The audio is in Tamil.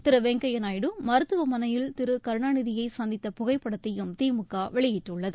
திரு வெங்கய்யா நாயுடு மருத்துவமனையில் திரு கருணாநிதியை சந்தித்த புகைப்படத்தையும் திமுக வெளியிட்டுள்ளது